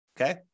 okay